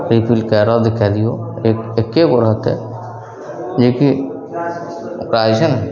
रिफिलके रद्द कै दिऔ एकेगो रहतै जेकि ओकरा जे छै ने